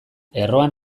erroan